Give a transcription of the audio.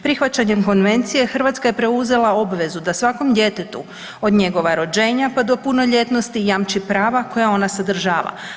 Prihvaćanjem konvencije Hrvatska je preuzela obvezu da svakom djetetu od njegova rođenja pa do punoljetnosti jamči prava koja ona sadržava.